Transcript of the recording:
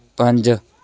ਪੰਜ